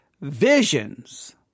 visions